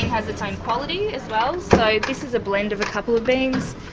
has its own quality as well, so this is a blend of a couple of beans.